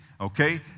Okay